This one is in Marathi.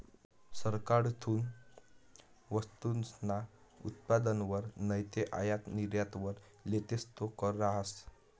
सरकारकडथून वस्तूसना उत्पादनवर नैते आयात निर्यातवर लेतस तो कर रहास